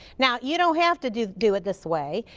now you don't have to do do it this way.